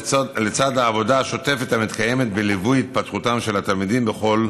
לצד העבודה השוטפת המתקיימת בליווי התפתחותם של התלמידים בכל